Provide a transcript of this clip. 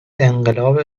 انقلاب